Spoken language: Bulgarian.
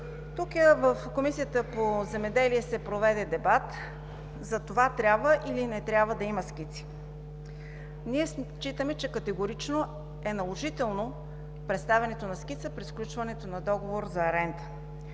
Тук в Комисията по земеделието и храните се проведе дебат дали трябва, или не трябва да има скици. Ние считаме, че категорично е наложително представянето на скица при сключването на договор за аренда.